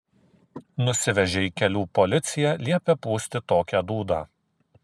nusivežė į kelių policiją liepė pūsti tokią dūdą